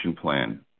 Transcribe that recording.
plan